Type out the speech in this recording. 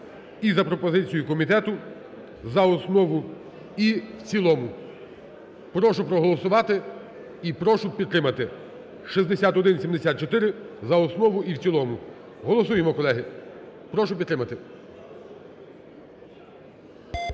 і за пропозицією комітету за основу і в цілому. Прошу проголосувати і прошу підтримати 6174 за основу і в цілому. Голосуємо, колеги, прошу підтримати.